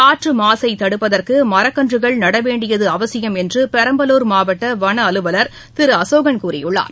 காற்று மாசை தடுப்பதற்கு மரக்கன்றுகள் நடவேண்டியது அவசியம் என்று பெரம்பலூர் மாவட்ட வன அலுவலர் திரு அசோகன் கூறியுள்ளார்